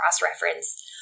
cross-reference